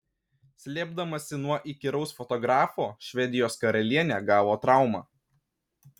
slėpdamasi nuo įkyraus fotografo švedijos karalienė gavo traumą